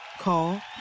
Call